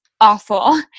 awful